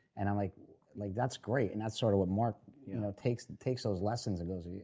and like like that's great, and that's sort of what mark takes takes those lessons and goes, yeah